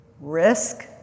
Risk